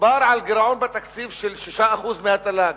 דובר על גירעון בתקציב של 6% מהתל"ג,